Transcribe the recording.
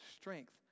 strength